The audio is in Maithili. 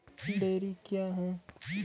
डेयरी क्या हैं?